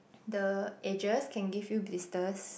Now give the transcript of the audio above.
the edges can give you blisters